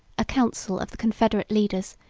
a council of the confederate leaders,